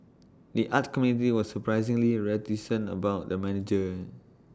the arts community was surprisingly reticent about the merger